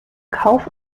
kauf